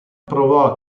provò